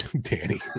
Danny